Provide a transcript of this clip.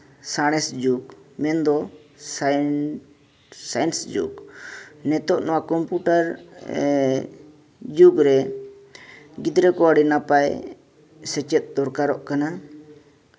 ᱥᱟᱬᱮᱥ ᱡᱩᱜᱽ ᱢᱮᱱᱫᱚ ᱥᱟᱭᱮᱱᱥ ᱡᱩᱜᱽ ᱱᱤᱛᱚᱜ ᱱᱚᱣᱟ ᱠᱚᱢᱯᱩᱴᱟᱨ ᱡᱩᱜᱽ ᱨᱮ ᱜᱤᱫᱽᱨᱟᱹ ᱠᱚ ᱟᱹᱰᱤ ᱱᱟᱯᱟᱭ ᱥᱮᱪᱮᱫ ᱫᱚᱨᱠᱟᱨᱚᱜ ᱠᱟᱱᱟ